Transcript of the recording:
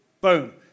Boom